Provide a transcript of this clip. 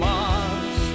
Mars